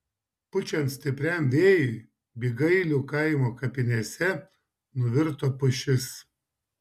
pučiant stipriam vėjui bygailių kaimo kapinėse nuvirto pušis